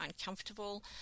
uncomfortable